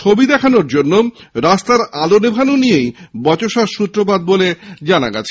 ছবি দেখানোর জন্য রাস্তার আলো নেভানো নিয়ে বচসার সৃত্রপাত বলে জানা গেছে